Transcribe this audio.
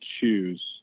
choose